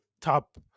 top